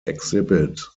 exhibit